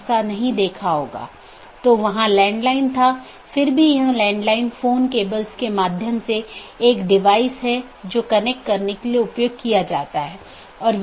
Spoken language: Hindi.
अंत में ऐसा करने के लिए आप देखते हैं कि यह केवल बाहरी नहीं है तो यह एक बार जब यह प्रवेश करता है तो यह नेटवर्क के साथ घूमता है और कुछ अन्य राउटरों पर जाता है